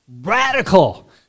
radical